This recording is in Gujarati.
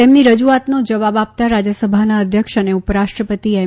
તેમની રજુઆતનો જવાબ આપતા રાજયસભાના અધ્યક્ષ અને ઉપરાષ્ટ્રપતિ એમ